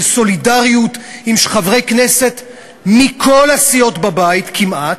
לסולידריות מחברי כנסת מכל הסיעות בבית כמעט,